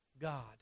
God